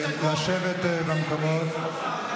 לשבת במקומות.